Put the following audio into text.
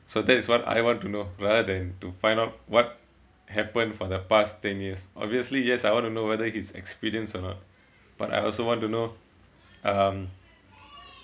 so that is what I want to know rather than to find out what happened for the past ten years obviously yes I want to know whether he's experienced or not but I also want to know um